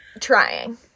Trying